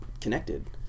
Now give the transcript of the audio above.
connected